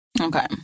Okay